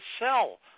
sell